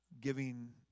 giving